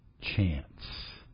chance